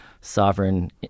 sovereign